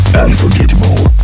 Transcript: unforgettable